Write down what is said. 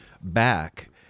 back